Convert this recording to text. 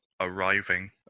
arriving